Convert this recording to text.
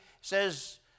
says